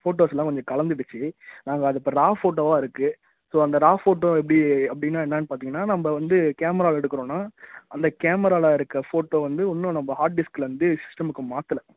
ஃபோட்டோஸ்ஸெலாம் கொஞ்சம் கலந்துடுச்சு நாங்கள் அது இப்போ ரா ஃபோட்டோவாக இருக்குது ஸோ அந்த ரா ஃபோட்டோ எப்படி அப்படின்னா என்னென்னு பார்த்தீங்கன்னா நம்ம வந்து கேமராவில் எடுக்கிறோன்னா அந்த கேமராவில் இருக்கிற ஃபோட்டோ வந்து இன்னும் நம்ம ஹார்ட் டிஸ்க்லேருந்து சிஸ்டமுக்கு மாற்றல